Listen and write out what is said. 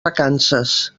vacances